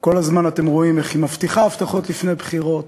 כל הזמן אתם רואים איך היא מבטיחה הבטחות לפני בחירות